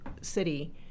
city